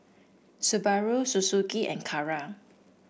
Subaru Suzuki and Kara